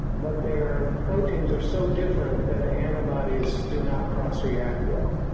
but their proteins are so different that the antibodies do not cross react well.